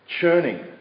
churning